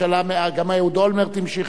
גם אהוד אולמרט המשיך את זה.